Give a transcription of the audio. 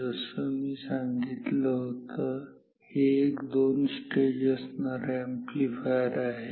जसं मी सांगितलं होतं हे एक दोन स्टेज असणारे अॅम्प्लीफायर आहे